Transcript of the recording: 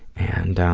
and